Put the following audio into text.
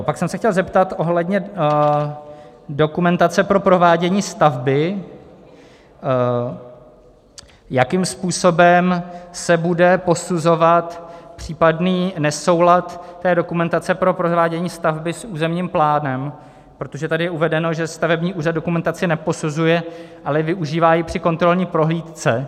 Pak jsem se chtěl zeptat ohledně dokumentace pro provádění stavby, jakým způsobem se bude posuzovat případný nesoulad té dokumentace pro provádění stavby s územním plánem, protože tady je uvedeno, že stavební úřad dokumentaci neposuzuje, ale využívá ji při kontrolní prohlídce.